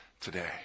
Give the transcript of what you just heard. today